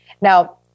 Now